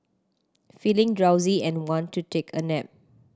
feeling drowsy and want to take a nap